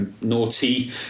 naughty